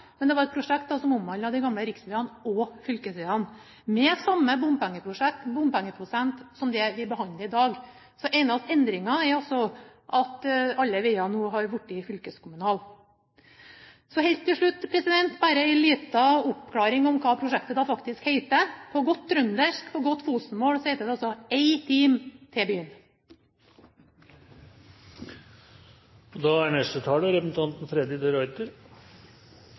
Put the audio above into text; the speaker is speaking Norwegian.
men det var et prosjekt som omhandlet de gamle riksveiene og fylkesveiene, med samme bompengeprosent som det vi behandler i dag. Så den eneste endringen er at alle veiene nå er blitt fylkeskommunale. Så helt til slutt bare en liten oppklaring om hva prosjektet faktisk heter. På godt trøndersk, på godt Fosen-mål, heter det altså «Ei tim' te' by'n». Da er neste taler representanten Freddy de Ruiter.